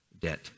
debt